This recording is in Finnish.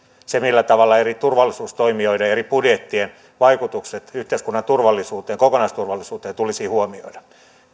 se millä tavalla eri turvallisuustoimijoiden eri budjettien vaikutukset yhteiskunnan kokonaisturvallisuuteen tulisi huomioida